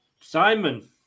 Simon